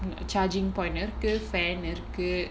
charging point இருக்கு:irukku fan இருக்கு:irukku